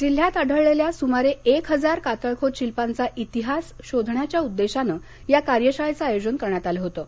जिल्ह्यात आढळलेल्या सुमारे एक हजार कातळखोद शिल्पांचा इतिहास शोधण्याच्या उद्देशानं या कार्यशाळेचं आयोजन करण्यात आलं होतं